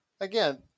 Again